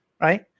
Right